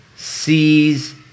Sees